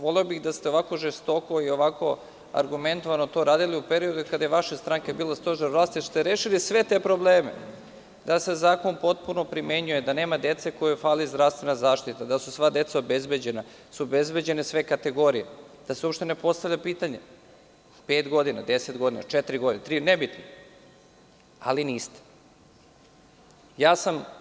Voleo bih da ste ovako žestoko i ovako argumentovano radili u periodu kada je vaša stranka bila stožer vlasti i da ste rešili sve te probleme, da se zakon potpuno primenjuje, da nema dece kojoj fali zdravstvena zaštita, da su sva deca obezbeđena, da su obezbeđene sve kategorije, da se uopšte ne postavlja pitanje pet godina, deset godina, četiri godine, tri, nebitno, ali niste.